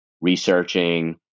researching